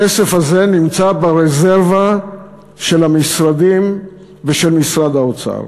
הכסף הזה נמצא ברזרבה של המשרדים ושל משרד האוצר.